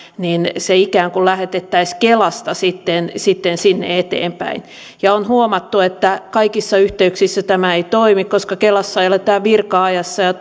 ne ikään kuin lähetettäisiin kelasta sitten sitten sinne eteenpäin on huomattu että kaikissa yhteyksissä tämä ei toimi koska kelassa eletään virka ajassa ja